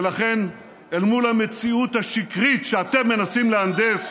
ולכן, אל מול המציאות השקרית שאתם מנסים להנדס